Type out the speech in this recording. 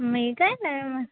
मी काय नाही मग